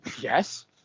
Yes